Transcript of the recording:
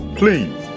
please